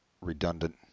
redundant